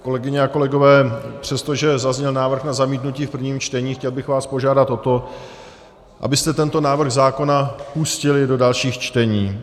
Kolegyně a kolegové, přestože zazněl návrh na zamítnutí v prvním čtení, chtěl bych vás požádat o to, abyste tento návrh zákona pustili do dalších čtení.